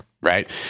right